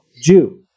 Jew